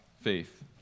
faith